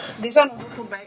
this one also put back